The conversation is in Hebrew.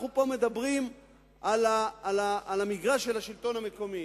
אנחנו פה מדברים על המגרש של השלטון המקומי